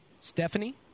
Stephanie